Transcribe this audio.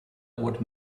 would